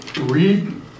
Read